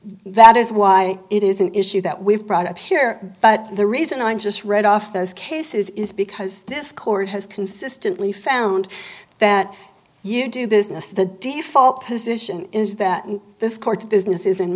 that is why it is an issue that we've brought up here but the reason i just read off those cases is because this court has consistently found that you do business the default position is that this court's business